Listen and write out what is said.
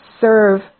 serve